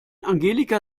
angelika